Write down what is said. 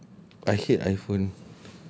oh no I hate iphone